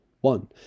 One